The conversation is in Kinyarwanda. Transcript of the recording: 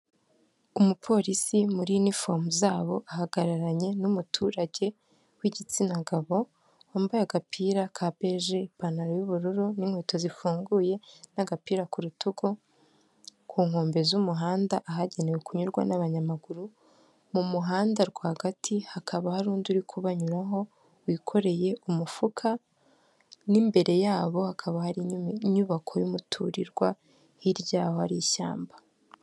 Umupolisi muri inifomu zabo ahagararanye n'umuturage w'igitsina gabo wambaye agapira ka bege ipantaro y'ubururu n'inkweto zifunguye n'agapira ku rutugu, ku nkombe z'umuhanda ahagenewe kunyurwa n'abanyamaguru, mu muhanda rwagati hakaba hari undi uri kubanyuraho wikoreye umufuka, n'imbere yabo hakaba hari inyubako y'umuturirwa, hirya aho ari ishyamba.